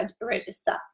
register